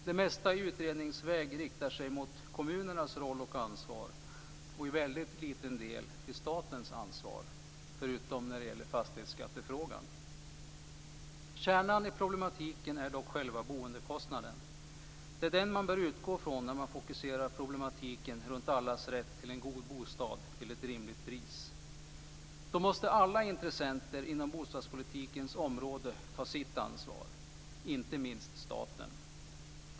Det mesta i utredningsväg riktar sig mot kommunernas roll och ansvar och till väldigt liten del mot statens ansvar, förutom när det gäller fastighetsskattefrågan. Kärnan i problematiken är dock själva boendekostnaden. Det är den som man bör utgå från när man fokuserar problematiken runt allas rätt till en god bostad till ett rimligt pris. Då måste alla intressenter inom bostadspolitikens område ta sitt ansvar, inte minst staten.